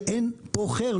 שאין פה חיר?